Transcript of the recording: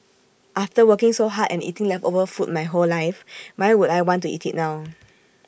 after working so hard and eating leftover food my whole life why would I want to eat IT now